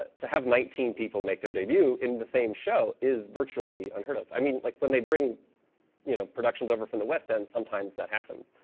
to have nineteen people make their debut in the same show is virtually unheard of. i mean, like when they bring you know productions over from the west end, sometimes that happens.